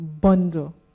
bundle